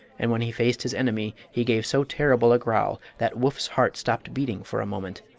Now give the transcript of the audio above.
and when he faced his enemy he gave so terrible a growl that woof's heart stopped beating for a moment,